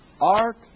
art